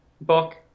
book